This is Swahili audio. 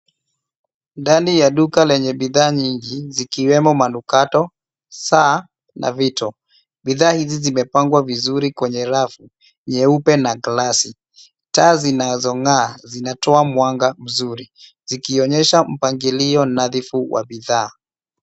Ndani ya duka lenye bidhaa nyingi zikiwemo manukato, saa na fito. Bidhaa hizi zimepangwa vizuri kwenye rafu nyeupe na glass .Taa zinazong'aa zinatoka mwanga mzuri zikionyesha mpangilio nadhifu za bidhaa.